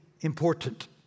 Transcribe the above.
important